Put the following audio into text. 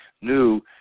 new